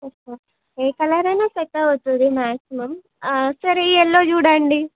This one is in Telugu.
ఓ ఓహ్ ఏ కలర్ అయినా సెట్ అవుతుంది మాక్సిమం సరే ఈ యెల్లో చూడండి